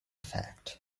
fact